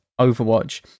Overwatch